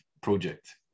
project